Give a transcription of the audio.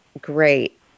Great